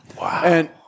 Wow